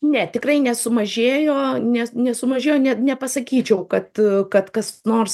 ne tikrai nesumažėjo ne nesumažėjo ne nepasakyčiau kad kad kas nors